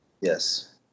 Yes